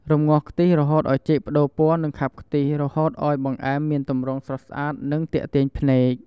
រំងាស់ខ្ទិះរហូតឱ្យចេកប្ដូរពណ៌ និងខាប់ខ្ទិះ រហូតឱ្យបង្អែមមានទម្រង់ស្រស់ស្អាត និងទាក់ទាញភ្នែក។